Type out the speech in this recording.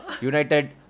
United